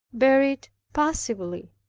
bear it passively,